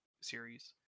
series